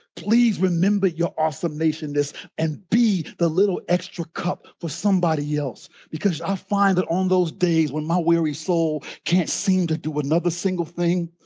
please remember your awesomenationess and be the little extra cup for somebody else, because i find that on those days when my weary soul can't seem to do another single thing,